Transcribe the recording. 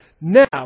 Now